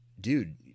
dude